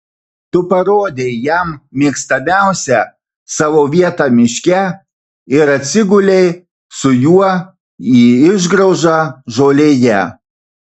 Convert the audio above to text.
tu parodei jam mėgstamiausią savo vietą miške ir atsigulei su juo į išgraužą žolėje